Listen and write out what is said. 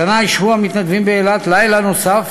השנה ישהו המתנדבים באילת לילה נוסף